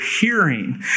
hearing